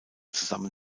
zusammen